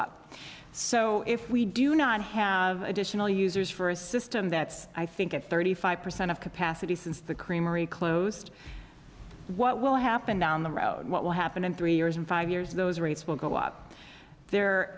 up so if we do not have additional users for a system that's i think a thirty five percent of capacity since the creamery closed what will happen down the road what will happen in three years and five years those rates will go up there